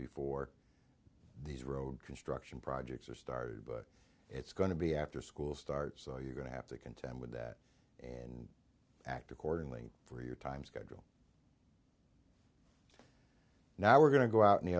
before these road construction projects are started but it's going to be after school starts so you're going to have to contend with that and act accordingly for your time schedule now we're going to go out in the